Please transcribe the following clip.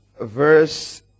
verse